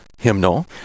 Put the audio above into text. hymnal